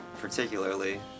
particularly